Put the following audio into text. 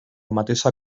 mateixa